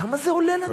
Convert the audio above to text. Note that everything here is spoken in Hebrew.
כמה זה עולה לנו?